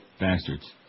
Bastards